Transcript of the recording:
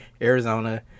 Arizona